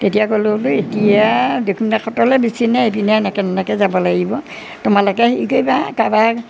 তেতিয়া ক'লোঁ বোলো এতিয়া দক্ষিণ পাট সত্ৰলৈ বেছি নাই এইপিনে এনেকৈ এনেকৈ যাব লাগিব তোমালোকে হেৰি কৰিবা কাৰোবাক